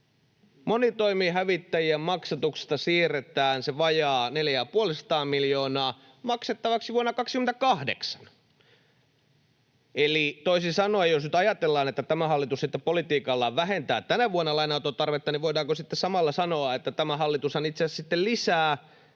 Monitoimihävittäjien maksatuksesta siirretään se vajaa neljä ja puoli sataa miljoonaa maksettavaksi vuonna 28. Eli toisin sanoen, jos nyt ajatellaan, että tämä hallitus politiikallaan vähentää tänä vuonna lainanoton tarvetta, niin voidaanko sitten samalla sanoa, että tämä hallitushan itse